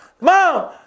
mom